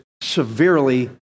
severely